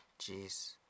Jeez